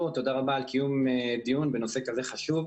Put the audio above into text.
לתת מענה בזמן חירום,